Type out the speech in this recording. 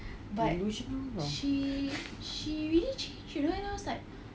illusion ah no